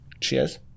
Cheers